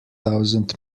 thousand